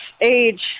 age